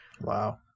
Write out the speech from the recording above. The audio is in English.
Wow